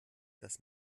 das